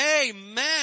amen